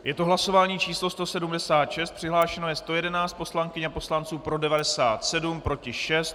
Je to hlasování číslo 176, přihlášeno je 111 poslankyň a poslanců, pro 97, proti 6.